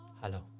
Hello